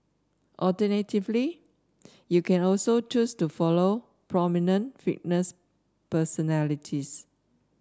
alternatively you can also choose to follow prominent fitness personalities